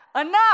enough